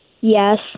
Yes